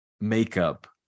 makeup